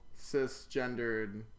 cisgendered